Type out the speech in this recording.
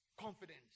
confidence